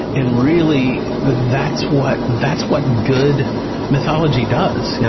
and really that's what that's what good mythology does, you know?